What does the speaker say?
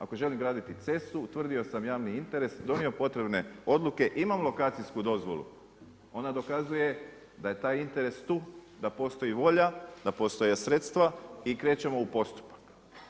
Ako želim graditi cestu, utvrdio sam javni interes, donio potrebne odluke, imam lokacijsku dozvolu, ona dokazuje da je taj interes tu, da postoji volja, da postoji sredstva i krećemo u postupak.